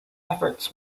efforts